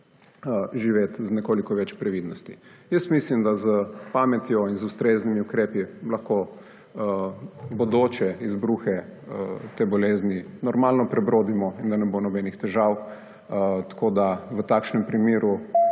živeti z nekoliko več previdnosti. Jaz mislim, da s pametjo in z ustreznimi ukrepi lahko v bodoče izbruhe te bolezni normalno prebrodimo, da ne bo nobenih težav. V takšnem primeru